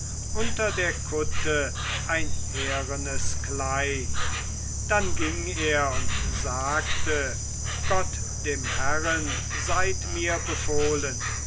unter der kutte ein härenes kleid dann ging er und sagte gott dem herren seid mir befohlen